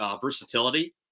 versatility